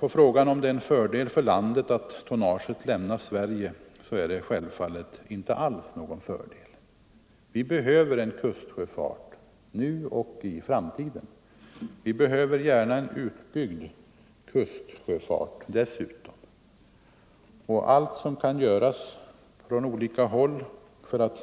På frågan om det är en fördel för Sverige att tonnaget lämnar landet är svaret självfallet nej. Vi behöver kustsjöfarten nu och i framtiden, och vi behöver dessutom en utbyggd kustsjöfart. Allt som kan göras för att